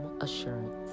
assurance